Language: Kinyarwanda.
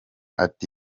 ati